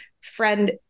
friend